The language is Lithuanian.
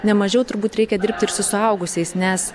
nemažiau turbūt reikia dirbti ir su suaugusiais nes